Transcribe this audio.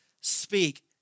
speak